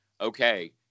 okay